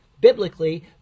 Biblically